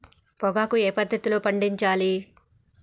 పొగాకు ఏ పద్ధతిలో పండించాలి?